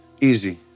Easy